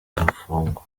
arafungwa